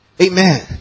Amen